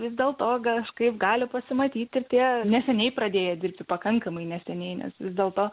vis dėlto kažkaip gali pasimatyt ir tie neseniai pradėję dirbti pakankamai neseniai vis dėlto